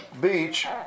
beach